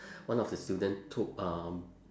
one of the student took um